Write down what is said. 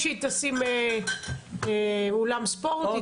במקום שהיא תיתן לאולם ספורט,